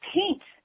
paint